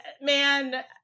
man